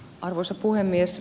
arvoisa puhemies